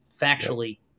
factually